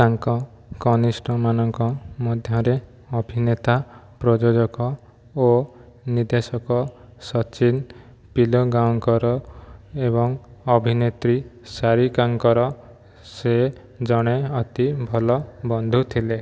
ତାଙ୍କ କନିଷ୍ଠ ମାନଙ୍କ ମଧ୍ୟରେ ଅଭିନେତା ପ୍ରଯୋଜକ ଓ ନିର୍ଦ୍ଦେଶକ ସଚିନ ପିଲଗାଓଁକର ଏବଂ ଅଭିନେତ୍ରୀ ସାରିକାଙ୍କର ସେ ଜଣେ ଅତି ଭଲ ବନ୍ଧୁ ଥିଲେ